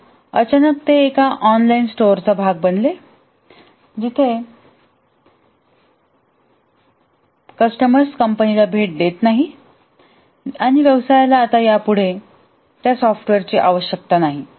पण अचानक ते एका ऑनलाइन स्टोअरचा भाग बनले जिथे कस्टमर्स कंपनीला भेट देत नाहीत व्यवसायाला आता यापुढे सॉफ्टवेअरची आवश्यकता नाही